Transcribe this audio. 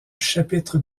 chapitre